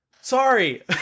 Sorry